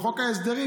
בחוק ההסדרים?